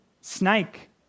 snake